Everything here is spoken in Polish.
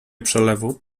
przelewu